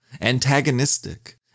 Antagonistic